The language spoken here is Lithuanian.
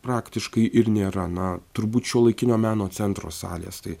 praktiškai ir nėra na turbūt šiuolaikinio meno centro salės tai